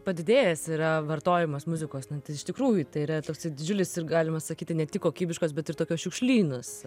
padidėjęs yra vartojimas muzikos net iš tikrųjų tai yra toksai didžiulis ir galima sakyti ne tik kokybiškos bet ir tokio šiukšlynas